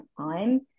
time